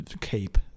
cape